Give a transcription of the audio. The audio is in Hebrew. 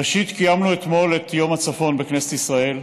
ראשית, קיימנו אתמול את יום הצפון בכנסת ישראל,